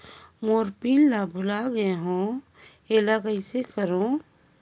मोर PIN ला भुला गे हो एला कइसे करो?